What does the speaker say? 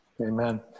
Amen